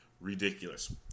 ridiculous